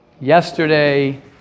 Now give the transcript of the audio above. yesterday